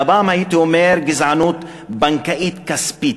והפעם הייתי אומר: גזענות בנקאית כספית.